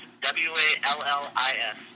W-A-L-L-I-S